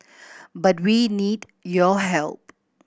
but we need your help